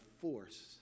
force